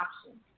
option